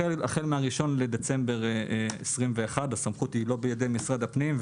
לצערי החל מ-1 בדצמבר 2021 הסמכות היא לא בידי משרד הפנים.